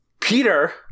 Peter